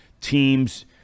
teams